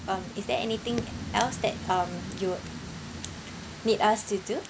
um is there anything else that um you would need us to do